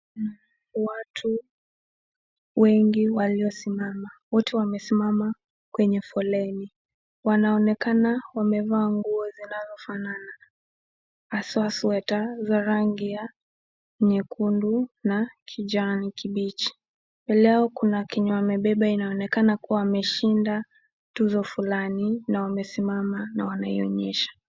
Watu wengi walio simama wote wamesimama kwenye foleni. Wanaonekana wamevaa nguo zinazofanana haswa sweta za rangi nyekundu na kijani kibichi na kuna chenye wamebeba na inaonekana tuzo fulani na wamesimama na wameionyesha.